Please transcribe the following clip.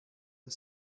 the